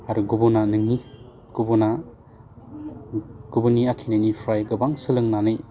आरो गुबुना नोंनि गुबुना गुबुननि आखिनायनिफ्राय गोबां सोलोंनानै